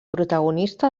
protagonista